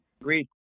Agreed